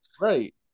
Right